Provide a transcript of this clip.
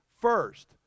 First